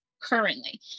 Currently